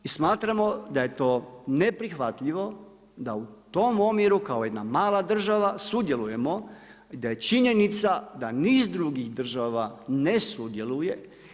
I smatramo da je to neprihvatljivo da u tom omjeru kao jedna mala država sudjelujemo, da je činjenica da niz drugih država ne sudjeluje.